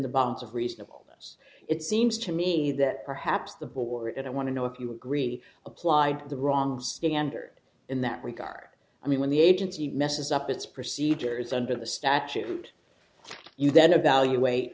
the bounds of reasonable us it seems to me that perhaps the board and i want to know if you agree applied the wrong standard in that regard i mean when the agency messes up its procedures under the statute you then evaluate